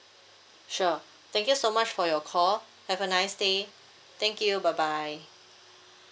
sure thank you so much for your call have a nice day thank you bye bye